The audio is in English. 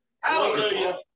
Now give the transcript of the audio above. Hallelujah